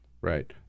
Right